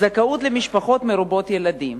זכאות למשפחות מרובות ילדים.